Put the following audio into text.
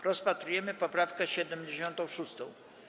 Rozpatrujemy poprawkę 76.